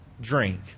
drink